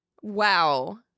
Wow